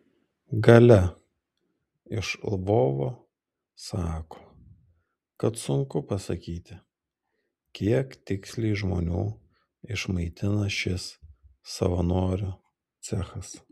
galia iš lvovo sako kad sunku pasakyti kiek tiksliai žmonių išmaitina šis savanorių cechas